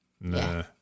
nah